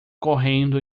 correndo